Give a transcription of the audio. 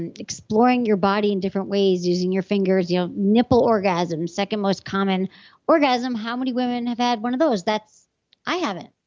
and exploring your body in different ways using your fingers. you know nipple orgasms, second most common orgasm. how many women have had one of those? i haven't.